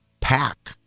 pack